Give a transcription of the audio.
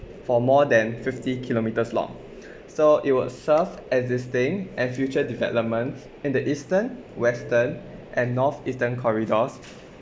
for more than fifty kilometres long so it will serve existing and future developments in the eastern western and north eastern corridors